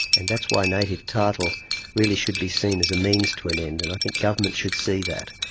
and that's why native title really should be seen as a means to an end, and i think governments should see that.